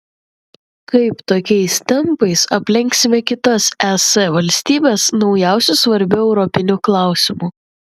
kaip tokiais tempais aplenksime kitas es valstybes naujausiu svarbiu europiniu klausimu